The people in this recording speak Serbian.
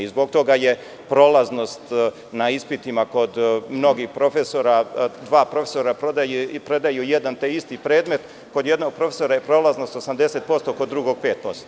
Zbog toga je prolaznost na ispitima kod mnogih profesora, dva profesora predaju jedan te isti predmet, kod jednog profesora je prolaznost 80%, kod drugog 5%